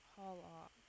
haul-off